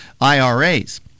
IRAs